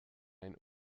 ein